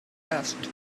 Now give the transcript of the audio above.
asked